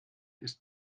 ist